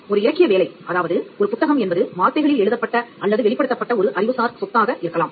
ஒரு இலக்கிய வேலை அதாவது ஒரு புத்தகம் என்பது வார்த்தைகளில் எழுதப்பட்ட அல்லது வெளிப்படுத்தப்பட்ட ஒரு அறிவுசார் சொத்தாக இருக்கலாம்